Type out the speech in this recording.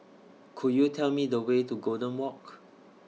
Could YOU Tell Me The Way to Golden Walk